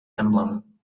emblem